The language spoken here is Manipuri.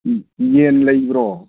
ꯌꯦꯟ ꯂꯩꯕ꯭ꯔꯣ